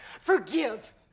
forgive